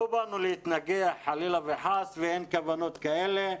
לא באנו להתנגח חלילה וחס ואין כוונות כאלה.